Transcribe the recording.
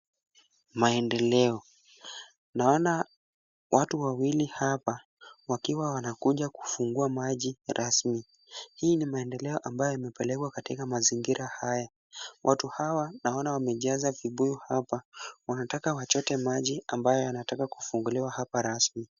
Maendeleo. Naona watu wawili hapa, wakiwa wanakuja kufungua maji rasmi. Hii ni maendeleo ambayo imepelekwa katika mazingira haya. Watu hawa naona wamejaza vibuyu hapa, wanataka wachote maji ambayo yanataka kufunguliwa hapa rasmi.